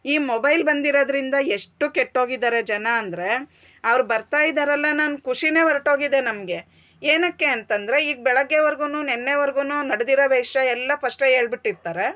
ಈ ಮೊಬೈಲ್ ಬಂದಿರೋದ್ರಿಂದ ಎಷ್ಟು ಕೆಟ್ಟು ಹೋಗಿದ್ದಾರೆ ಜನ ಅಂದ್ರೆ ಅವ್ರು ಬರ್ತಾ ಇದ್ದಾರಲ್ಲ ಅನ್ನೋ ಖುಷಿಯೇ ಹೊರಟು ಹೋಗಿದೆ ನಮ್ಗೆ ಏನಕ್ಕೆ ಅಂತಂದ್ರೆ ಈಗ ಬೆಳಿಗ್ಗೆರ್ಗೂ ನೆನ್ನೆವರ್ಗೂ ನಡ್ದಿರೋ ವಿಷಯಯೆಲ್ಲ ಫರ್ಸ್ಟೆ ಹೇಳ್ಬಿಟ್ಟಿರ್ತಾರೆ